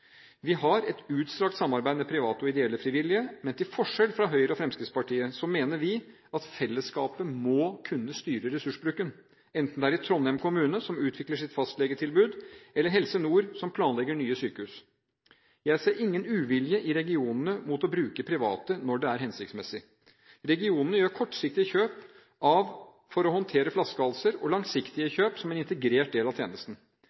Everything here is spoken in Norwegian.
Vi har et utstrakt samarbeid med private, ideelle og frivillige, men til forskjell fra Høyre og Fremskrittspartiet mener vi at fellesskapet må kunne styre ressursbruken – enten det er Trondheim kommune, som utvikler sitt fastlegetilbud, eller Helse Nord, som planlegger nye sykehus. Jeg ser ingen uvilje i regionene mot å bruke private når det er hensiktsmessig. Regionene gjør kortsiktige kjøp for å håndtere flaskehalser og langsiktige kjøp som en integrert del av tjenesten.